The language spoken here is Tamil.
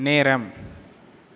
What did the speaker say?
நேரம்